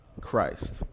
Christ